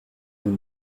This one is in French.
nous